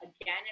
again